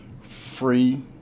free